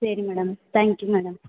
சரி madam thank you madam